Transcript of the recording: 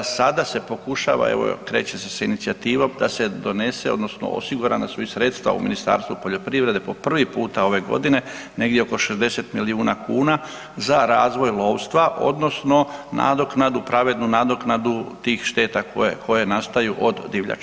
Sada se pokušava, evo kreće se s inicijativom da se donese odnosno osigurana su i sredstva u Ministarstvu poljoprivrede po prvi puta ove godine negdje oko 60 milijuna kuna za razvoj lovstva odnosno nadoknadu, pravednu nadoknadu tih šteta koje, koje nastaju od divljači.